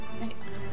Nice